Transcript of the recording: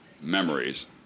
memories